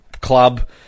Club